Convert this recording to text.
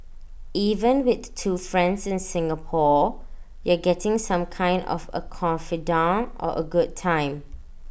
even with two friends in Singapore you're getting some kind of A confidante or A good time